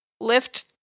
lift